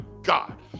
God